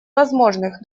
возможных